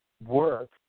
work